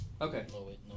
Okay